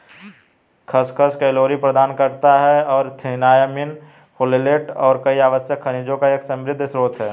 खसखस कैलोरी प्रदान करता है और थियामिन, फोलेट और कई आवश्यक खनिजों का एक समृद्ध स्रोत है